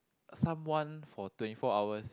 someone for twenty four hours